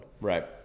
Right